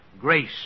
grace